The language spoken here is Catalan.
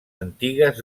antigues